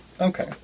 Okay